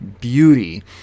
beauty